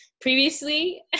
Previously